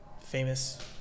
famous